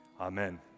amen